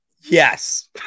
Yes